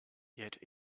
yet